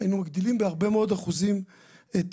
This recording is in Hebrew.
היינו מגדילים בהרבה מאוד אחוזים את